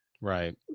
right